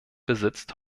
besitzt